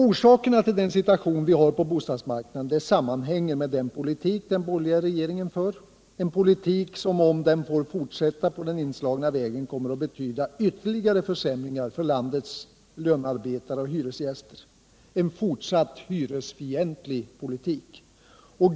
Orsakerna till den situation vi har på bostadsmarknaden sammanhänger med den politik den borgerliga regeringen för, en politik som, om den får fortsätta på den inslagna vägen, kommer att betyda ytterligare försämringar för landets lönearbetare och hyresgäster, en fortsatt hyresgästfientlig politik.